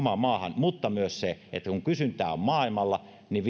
omalle maalle mutta myös kun kysyntää on maailmalla niin